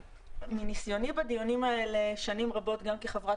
מניסיוני בדיונים האלה שנים רבות גם כחברת